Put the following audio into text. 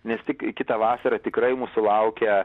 nes tik kitą vasarą tikrai mūsų laukia